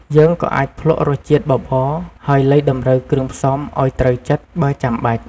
យើងក៏អាចភ្លក្សរសជាតិបបរ ហើយលៃតម្រូវគ្រឿងផ្សំឱ្យត្រូវចិត្ត បើចាំបាច់។